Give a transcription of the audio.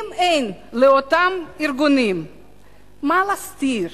אם אין לאותם ארגונים מה להסתיר,